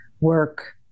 work